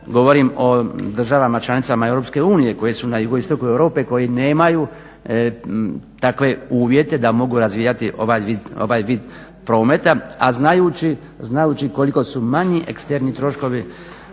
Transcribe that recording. govorim o državama članicama EU koje su na jugoistoku Europe koji nemaju takve uvjete da mogu razvijati ovaj vid prometa. A znajući koliko su manji eksterni troškovi